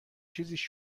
چیزیش